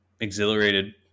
exhilarated